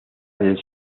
del